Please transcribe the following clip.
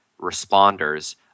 responders